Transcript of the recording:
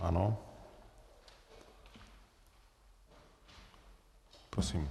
Ano, prosím.